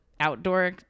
outdoor